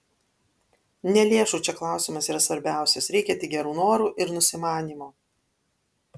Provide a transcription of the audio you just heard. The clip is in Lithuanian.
ne lėšų čia klausimas yra svarbiausias reikia tik gerų norų ir nusimanymo